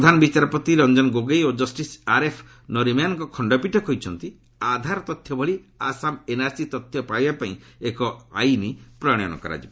ପ୍ରଧାନ ବିଚାରପତି ରଞ୍ଜନ ଗୋଗୋଇ ଓ justice R F ନରିମ୍ୟାନଙ୍କ ଖଣ୍ଡପୀଠ କହିଛନ୍ତି ଆଧାର ତଥ୍ୟ ଭଳି ଆସାମ ଏନ୍ଆର୍ସି ତଥ୍ୟ ପାଇବାପାଇଁ ଏକ ଆଇନ ପ୍ରଣୟନ କରାଯିବ